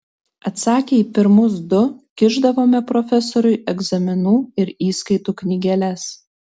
atsakę į pirmus du kišdavome profesoriui egzaminų ir įskaitų knygeles